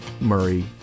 Murray